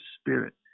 spirit